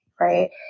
right